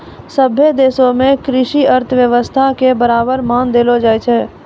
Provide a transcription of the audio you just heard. सभ्भे देशो मे कृषि अर्थशास्त्रो के बराबर मान देलो जाय छै